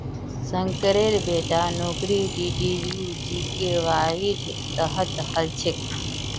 शंकरेर बेटार नौकरी डीडीयू जीकेवाईर तहत हल छेक